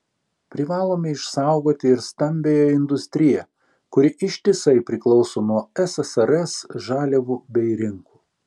privalome išsaugoti ir stambiąją industriją kuri ištisai priklauso nuo ssrs žaliavų bei rinkų